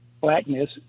blackness